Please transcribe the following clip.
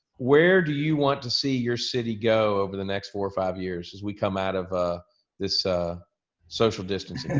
where do you want to see your city go over the next four or five years as we come out of ah this ah social distance? and